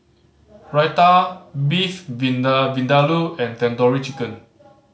Raita Beef Vindaloo and Tandoori Chicken